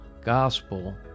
gospel